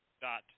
dot